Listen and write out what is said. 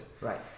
Right